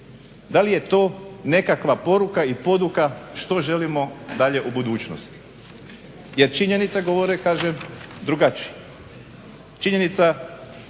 da li je to nekakva poruka i poduka što želimo dalje u budućnosti? Jer činjenice govore kažem, drugačije. Činjenica,